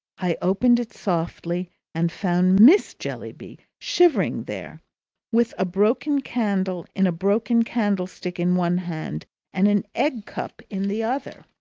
i opened it softly and found miss jellyby shivering there with a broken candle in a broken candlestick in one hand and an egg-cup in the other.